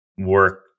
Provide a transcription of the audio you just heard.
work